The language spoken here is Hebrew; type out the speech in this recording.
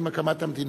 עם הקמת המדינה,